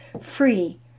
free